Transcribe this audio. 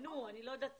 אני לא יודעת